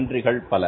நன்றிகள் பல